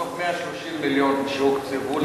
מתוך 130 מיליון שהוקצבו,